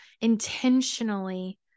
intentionally